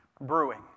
brewing